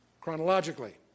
chronologically